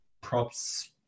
props